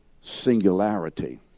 singularity